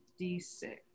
d6